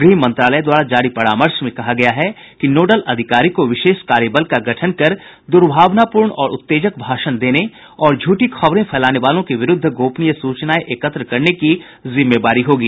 गृह मंत्रालय द्वारा जारी परामर्श में कहा गया है कि नोडल अधिकारी को विशेष कार्यबल का गठन कर दुर्भावनापूर्ण और उत्तेजक भाषण देने और झूठी खबरें फैलाने वालों के विरूद्व गोपनीय सूचनायें एकत्र करने की जिम्मेवारी होगी